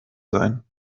sein